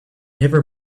never